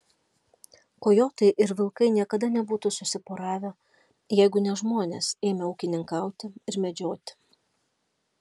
kojotai ir vilkai niekada nebūtų susiporavę jeigu ne žmonės ėmę ūkininkauti ir medžioti